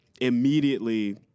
immediately